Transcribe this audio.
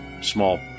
small